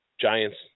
Giants